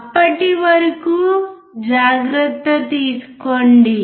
అప్పటి వరకు జాగ్రత్త తీసుకోండి